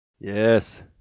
Yes